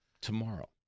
tomorrow